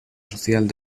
social